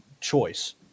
choice